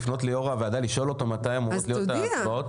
לפנות ליו"ר הוועדה ולשאול אותו מתי אמורות להיות ההצבעות?